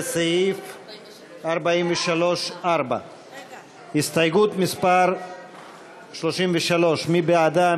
לסעיף 43(4). הסתייגות מס' 33, מי בעדה?